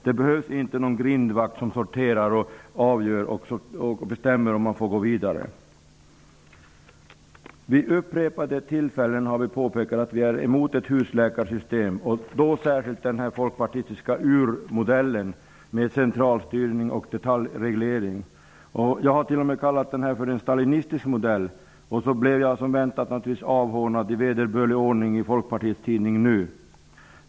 Det behövs inte någon grindvakt som sorterar och bestämmer om man får gå vidare. Vid upprepade tillfällen har vi påpekat att vi är emot ett husläkarsystem, särskilt den folkpartistiska urmodellen med centralstyrning och detaljreglering. Jag har t.o.m. kallat den för en stalinistisk modell och som väntat blivit avhånad i vederbörlig ordning i Folkpartiets tidning Nu.